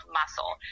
muscle